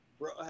Bro